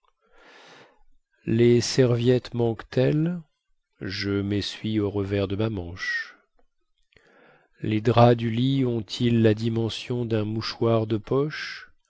les serviettes manquent elles je messuie au revers de ma manche les draps du lit ont-ils la dimension dun mouchoir de poche